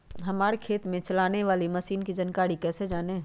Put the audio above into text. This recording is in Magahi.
हमारे खेत में चलाने वाली मशीन की जानकारी कैसे जाने?